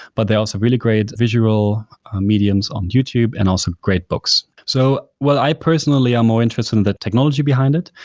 but there are also really great visual mediums on youtube, and also great books. so well, i personally, am more interested in the technology behind it.